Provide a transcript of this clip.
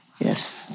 Yes